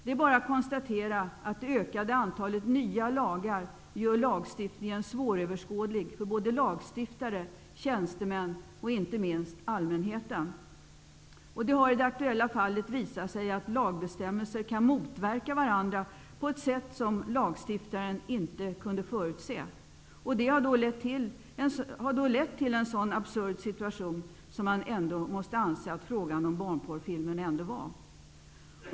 Det är bara att konstatera att det ökade antalet nya lagar gör lagstiftningen svåröverskådlig för såväl lagstiftare som tjänstemän och inte minst allmänheten. Det har i det aktuella fallet visat sig att lagbestämmelser kan motverka varandra på ett sätt som lagstiftaren inte kunde förutse. Det har då lett till en sådan absurd situation, som man ändå måste anse att frågan om barnporrfilmerna ändå var.